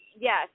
yes